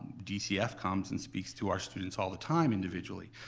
dcf comes and speaks to our students all the time individually.